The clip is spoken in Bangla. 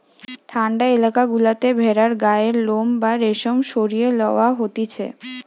ঠান্ডা এলাকা গুলাতে ভেড়ার গায়ের লোম বা রেশম সরিয়ে লওয়া হতিছে